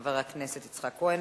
חבר הכנסת יצחק כהן.